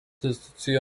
institucijų